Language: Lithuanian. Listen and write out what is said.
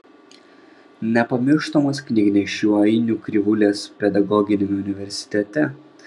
nepamirštamos knygnešių ainių krivulės pedagoginiame universitete